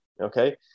okay